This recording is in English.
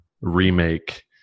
remake